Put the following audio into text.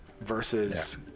Versus